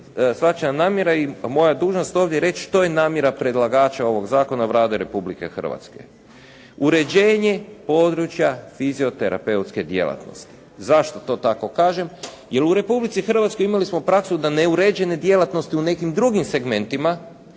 shvaćena namjera i moja je dužnost ovdje reći što je namjera predlagača ovog zakona Vlade Republike Hrvatske? Uređenje područja fizioterapeutske djelatnosti. Zašto to tako kažem? Jer u Republici Hrvatskoj imali smo praksu da neuređene djelatnosti u nekim drugim segmentima